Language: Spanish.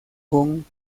con